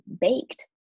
baked